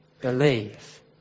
Believe